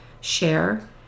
Share